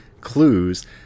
clues